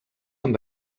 amb